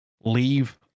leave